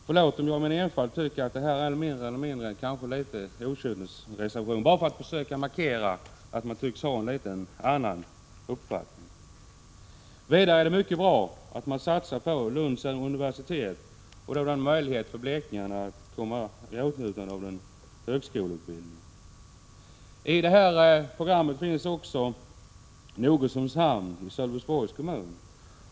Förlåt om jag i min enfald tycker att detta mer eller mindre är en okynnesreservation i syfte att försöka markera att man tycks ha en något annorlunda uppfattning. Vidare är det mycket bra att man vill satsa på Lunds universitet. Det ger möjlighet för blekingarna att komma i åtnjutande av högskoleutbildning. I programmet finns också med en upprustning av Nogersunds hamn i Sölvesborgs kommun.